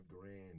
grand